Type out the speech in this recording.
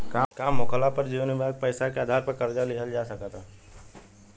काम होखाला पर जीवन बीमा के पैसा के आधार पर कर्जा लिहल जा सकता